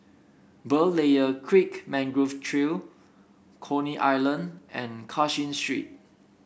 Berlayer Creek Mangrove Trail Coney Island and Cashin Street